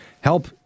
help